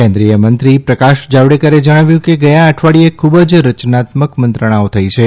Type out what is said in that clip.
કેન્દ્રિથમંત્રીશ્રી પ્રકાશ જાવડેકરે જણાવ્યું કે ગયા અઠવાડિયે ખૂબ જ રચનાત્મક મંત્રણાઓ થઇ છે